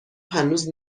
هنوز